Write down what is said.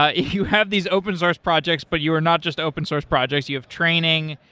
ah if you have these open source projects, but you are not just open source projects, you have training.